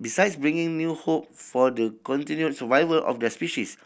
besides bringing new hope for the continued survival of their species